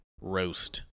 roast